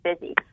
busy